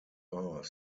are